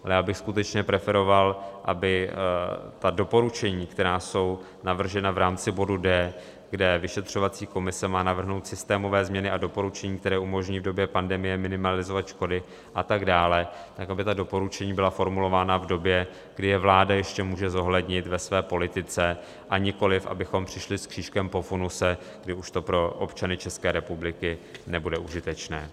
Ale já bych skutečně preferoval, aby doporučení, která jsou navržena v rámci bodu d), kde vyšetřovací komise má navrhnout systémové změny a doporučení, které umožní v době pandemie minimalizovat škody a tak dále, tak aby ta doporučení byla formulována v době, kdy je vláda ještě může zohlednit ve své politice, a nikoliv abychom přišli s křížkem po funuse, kdy už to pro občany České republiky nebude užitečné.